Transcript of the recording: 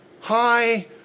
hi